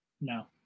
No